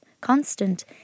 constant